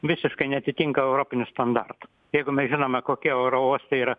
visiškai neatitinka europinių standartų jeigu mes žinome kokie oro uostai yra